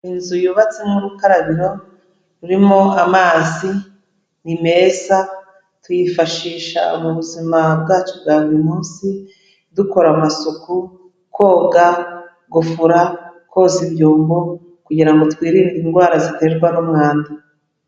Inzu yubatsemo urukarabiro rurimo amazi. Ni meza tuyifashisha mu buzima bwacu bwa buri munsi, dukora amasuku. Koga, gufura, koza ibyombo, kugira ngo twirinde indwara ziterwa n'umwanda.